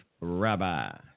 Rabbi